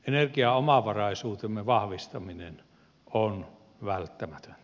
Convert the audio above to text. energiaomavaraisuutemme vahvistaminen on välttämätöntä